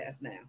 now